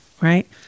Right